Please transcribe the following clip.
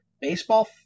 Baseball